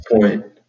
point